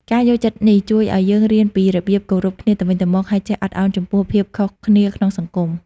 ការយល់ចិត្តនេះជួយឲ្យយើងរៀនពីរបៀបគោរពគ្នាទៅវិញទៅមក ហើយចេះអត់អោនចំពោះភាពខុសគ្នាក្នុងសង្គម។